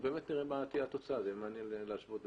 נראה מה תהיה התוצאה, זה יהיה מעניין להשוות.